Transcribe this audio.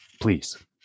please